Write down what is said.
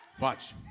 watch